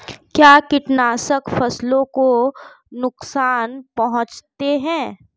क्या कीटनाशक फसलों को नुकसान पहुँचाते हैं?